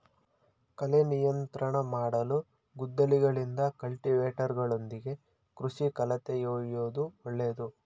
ಕಳೆ ನಿಯಂತ್ರಣ ಮಾಡಲು ಗುದ್ದಲಿಗಳಿಂದ, ಕಲ್ಟಿವೇಟರ್ಗಳೊಂದಿಗೆ ಕೃಷಿ ಕಳೆತೆಗೆಯೂದು ಒಳ್ಳೇದು